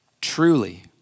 truly